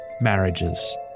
marriages